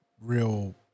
real